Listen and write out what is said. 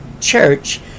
church